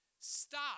stop